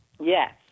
Yes